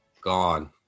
gone